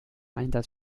einsatz